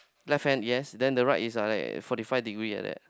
left hand yes then the right is like forty five degree like that